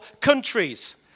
countries